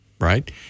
right